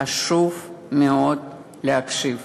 חשוב מאוד להקשיב